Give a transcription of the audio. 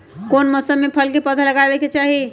कौन मौसम में फल के पौधा लगाबे के चाहि?